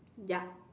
ya